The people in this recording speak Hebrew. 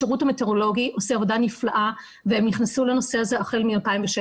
השירות המטאורולוגי עושה עבודה נפלאה והם נכנסו לנושא הזה החל מ-2016,